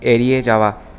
এড়িয়ে যাওয়া